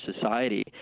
society